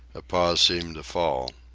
a pause seemed to fall.